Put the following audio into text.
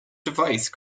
device